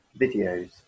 videos